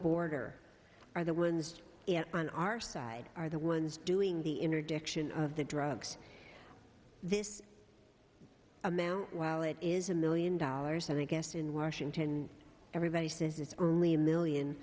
border are the ones on our side are the ones doing the intersection of the drugs this amount well it is a million dollars and the guest in washington everybody says it's only a million